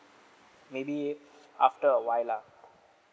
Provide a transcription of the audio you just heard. maybe after a while lah